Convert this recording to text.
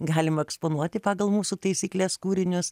galim eksponuoti pagal mūsų taisykles kūrinius